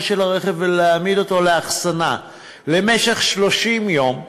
של הרכב ולהעמיד אותו לאחסנה למשך 30 יום,